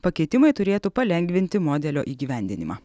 pakeitimai turėtų palengvinti modelio įgyvendinimą